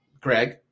Greg